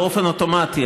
באופן אוטומטי,